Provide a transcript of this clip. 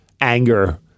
anger